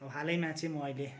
हालैमा चाहिँ म अहिले